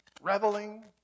reveling